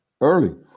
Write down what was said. early